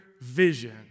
vision